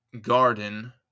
garden